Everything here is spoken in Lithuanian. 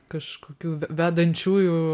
kažkokių vedančiųjų